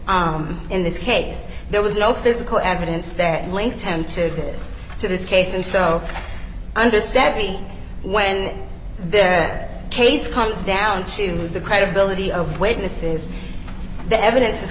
in this case there was no physical evidence there linked him to this to this case and so understand me when this case comes down to the credibility of witnesses the evidence is